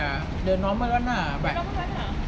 ya the normal one lah but